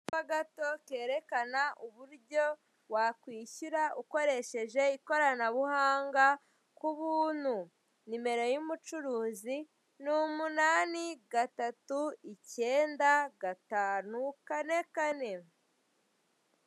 Akapa gato kerekana uburyo wakwishura ukoresheje ikoranabuhanga k'ubuntu. nimero y'umucuruzi ni umunani gatatu icyenda gatanu kane kane.